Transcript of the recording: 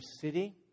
city